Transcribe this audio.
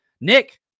Nick